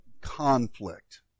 conflict